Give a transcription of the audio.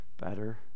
better